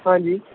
ਹਾਂਜੀ